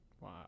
Wow